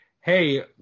hey